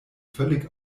völlig